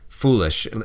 Foolish